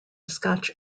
scotch